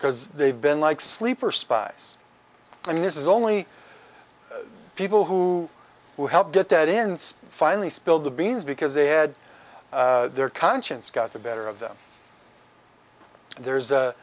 because they've been like sleeper spies and this is only people who will help get that ince finally spilled the beans because they had their conscience got the better of them and there's a